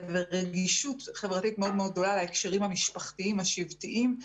לרגישות חברתית מאוד מאוד גדולה להקשרים המשפחתיים השבטיים.